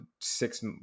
six